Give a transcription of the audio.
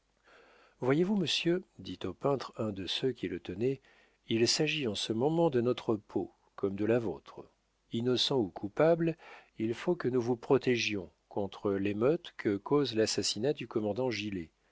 voyez-vous monsieur dit au peintre un de ceux qui le tenaient il s'agit en ce moment de notre peau comme de la vôtre innocent ou coupable il faut que nous vous protégions contre l'émeute que cause l'assassinat du commandant gilet